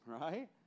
right